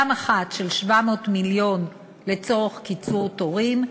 גם 700 מיליון לצורך קיצור תורים,